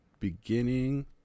beginning